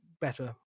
better